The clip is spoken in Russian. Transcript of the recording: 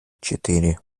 четыре